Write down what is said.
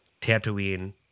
Tatooine